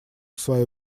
своё